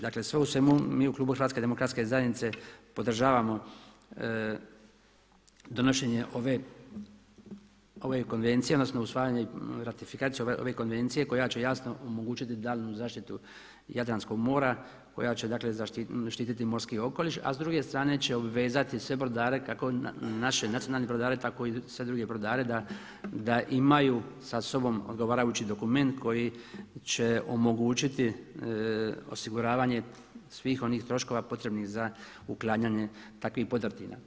Dakle sve u svemu, mi u klubu HDZ-a podržavamo donošenje ove Konvencije odnosno usvajanje i ratifikaciju ove Konvencije koja će jasno omogućiti daljnju zaštitu Jadranskog mora, koja će dakle štititi morski okoliš a s druge strane će obvezati sve brodare kako naše nacionalne brodare tako i sve druge brodare da imaju sa sobom odgovarajući dokument koji će omogućiti osiguravanje svih onih troškova potrebnih za uklanjanje takvih podrtina.